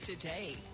today